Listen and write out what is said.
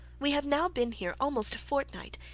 we have now been here almost a fortnight,